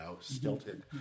stilted